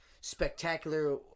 spectacular